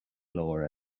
leor